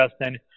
Justin